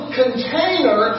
container